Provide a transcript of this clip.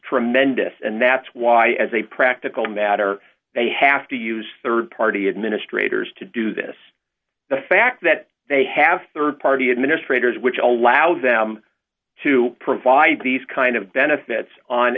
tremendous and that's why as a practical matter they have to use rd party administrators to do this the fact that they have rd party administrators which allows them to provide these kind of benefits on